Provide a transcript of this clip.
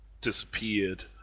disappeared